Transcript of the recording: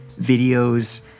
videos